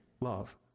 love